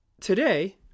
today